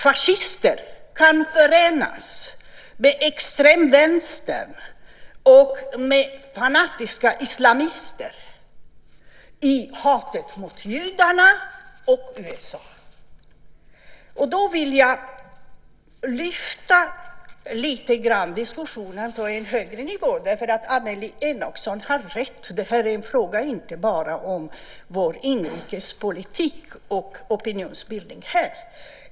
Fascister kan förenas med extremvänstern och fanatiska islamister i hatet mot judarna och USA. Jag vill lyfta upp diskussionen till en högre nivå. Annelie Enochson har rätt. Det här är inte bara en fråga om inrikespolitik och opinionsbildningen här.